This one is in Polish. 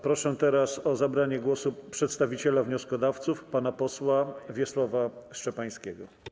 Proszę teraz o zabranie głosu przedstawiciela wnioskodawców pana posła Wiesława Szczepańskiego.